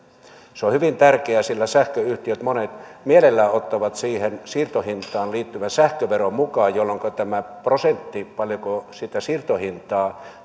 se on hyvin tärkeää sillä monet sähköyhtiöt mielellään ottavat siihen siirtohintaan liittyvän sähköveron mukaan jolloin tämä prosentti paljonko sitä siirtohintaa